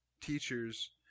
teachers